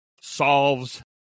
solves